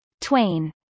twain